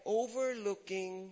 overlooking